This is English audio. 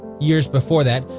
years before that,